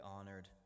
honored